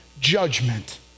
judgment